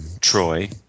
Troy